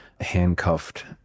handcuffed